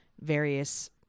various